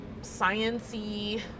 sciencey